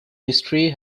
history